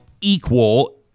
equal